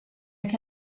che